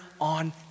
on